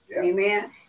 Amen